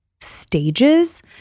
stages